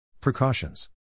Precautions